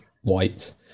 white